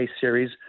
series